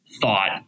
thought